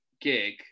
gig